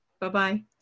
Bye-bye